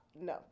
no